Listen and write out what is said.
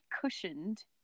cushioned